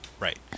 Right